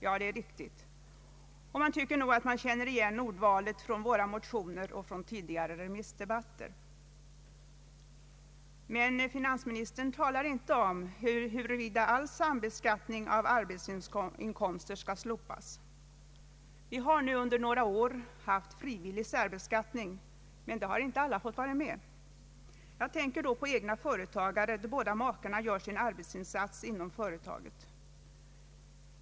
Ja, det är riktigt, och man tycker nog att man känner igen ordvalet från våra motioner och från tidigare remissdebatter. Men finansministern talar inte om huruvida all sambeskattning av arbetsinkomster skall slopas. Vi har nu under några år haft frivillig särbeskattning, men inte alla har fått vara med. Jag tänker på egna företagare i de fall då båda makarna gör sina arbetsinsatser inom företaget.